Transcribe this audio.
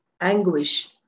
anguish